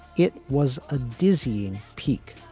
it was a dizzying peak.